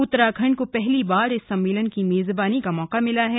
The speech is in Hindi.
उत्तराखंड को पहली बार इस सम्मेलन की मेजबानी का मौका मिला है